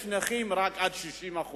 יש נכים רק עד 60%,